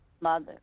mother